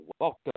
welcome